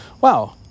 wow